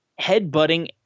headbutting